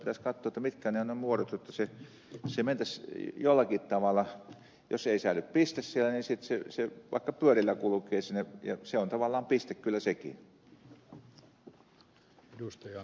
silloin pitäisi katsoa mitkä ovat ne muodot jotta mentäisiin jollakin tavalla jos ei säily piste siellä niin sitten se vaikka pyörillä kulkee sinne ja se on tavallaan piste kyllä sekin